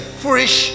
fresh